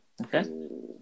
Okay